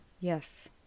Yes